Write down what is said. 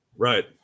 Right